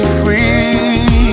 free